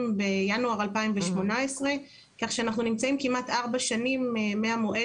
בינואר 2018. כך שאנחנו נמצאים כמעט ארבע שנים מהמועד